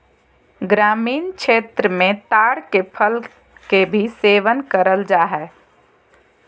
ग्रामीण क्षेत्र मे ताड़ के फल के भी सेवन करल जा हय